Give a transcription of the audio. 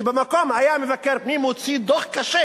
שבמקום היה מבקר פנים, הוציא דוח קשה